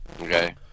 Okay